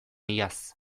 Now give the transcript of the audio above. iaz